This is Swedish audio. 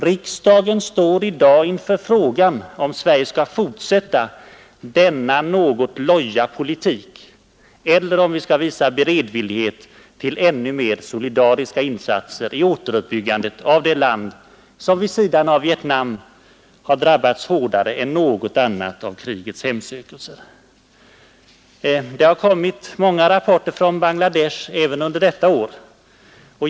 Riksdagen står i dag inför frågan, om Sverige skall fortsätta denna loja politik eller om vi skall visa beredvillighet till mer solidariska insatser i återuppbyggandet av det land som vid sidan av Vietnam har drabbats hårdare än något annat av krigets hemsökelser. Det har kommit många rapporter från Bangladesh även under detta år.